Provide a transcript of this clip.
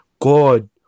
god